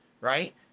right